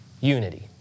unity